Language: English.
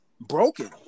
broken